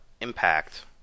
impact